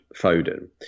Foden